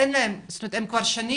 אין להם, זאת אומרת הם כבר שנים